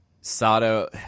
Sato